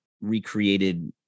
recreated